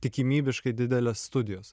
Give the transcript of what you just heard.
tikimybininkai didelės studijos